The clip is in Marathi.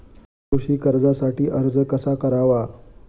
कृषी कर्जासाठी अर्ज कसा करावा?